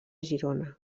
girona